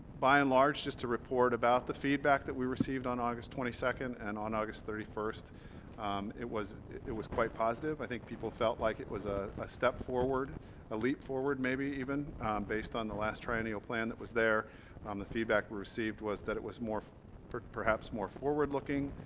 by and large just to report about the feedback that we received on august twenty second and on august thirty first it was it was quite positive i think people felt like it was ah a step forward a leap forward maybe even based on the last triennial plan that was there um the feedback we received was that it was more perhaps more forward-looking